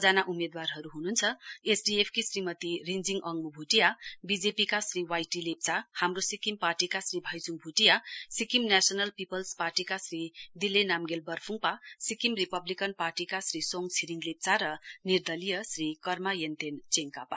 वहाँहरू ह्नुहुन्छ एसडिएफ की श्रीमती रिञ्जिङ अङ्मु भुटिया बिजेपिका श्री वाई टी लेप्चा हाम्रो सिक्किम पार्टीका श्री भाइचुङ भुटिया सिक्किम नेशनल पीपल्स पार्टीका श्री डिले नाम्गेल बर्फ्डपा सिक्किम रिपब्लिकन पार्टीका श्री सोङ छिरिङ लेप्चा र निर्दलीय श्री कर्मायेन्तेन चेनखापा